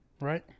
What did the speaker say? right